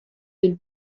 you